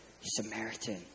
Samaritan